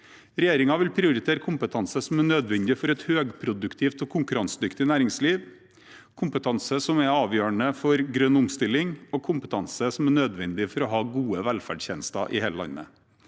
Regjeringen vil prioritere kompetanse som er nødvendig for et høyproduktivt og konkurransedyktig næringsliv, kompetanse som er avgjørende for grønn omstilling, og kompetanse som er nødvendig for å ha gode velferdstjenester i hele landet.